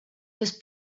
was